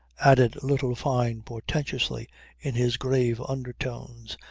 added little fyne portentously in his grave undertones,